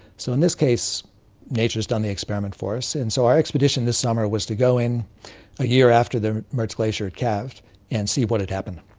so in this case nature has done the experiment for us. and so our expedition this summer was to go in a year after the mertz glacier had calved and see what had happened.